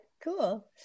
Cool